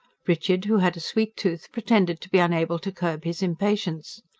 richard, who had a sweet tooth, pretended to be unable to curb his impatience.